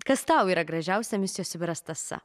kas tau yra gražiausia misijos sibiras tąsa